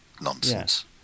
nonsense